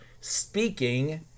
speaking